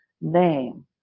name